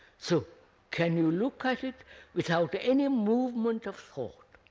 so can you look at it without any movement of thought?